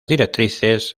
directrices